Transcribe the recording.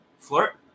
flirt